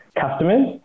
customers